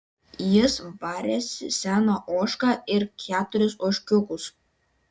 jis varėsi seną ožką ir keturis ožkiukus